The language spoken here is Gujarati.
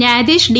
ન્યાયાધીશ ડી